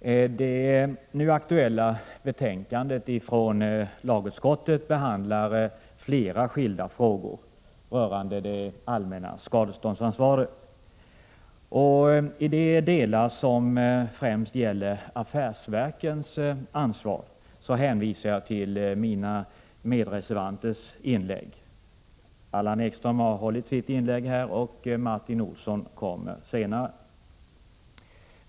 I det nu aktuella betänkandet från lagutskottet behandlas flera skilda frågor rörande det allmännas skadeståndsansvar. I de delar som främst gäller affärsverkens ansvar hänvisar jag till mina medreservanter Allan Ekströms och Martin Olssons inlägg.